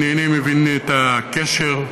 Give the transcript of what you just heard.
אינני מבין את הקשר.